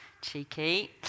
Cheeky